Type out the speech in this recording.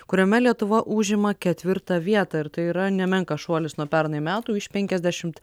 kuriame lietuva užima ketvirtą vietą ir tai yra nemenkas šuolis nuo pernai metų iš penkiasdešimt